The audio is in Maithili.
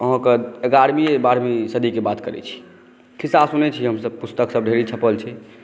अहाँके ग्यारहवी बारहवी सदीक बात करै छी खिस्सा सुनै छी हमसभ पुस्तकसभ ढेरी छपल छै